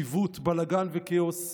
עיוות, בלגן וכאוס.